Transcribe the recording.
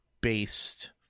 based